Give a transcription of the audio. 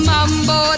Mambo